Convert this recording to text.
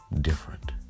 different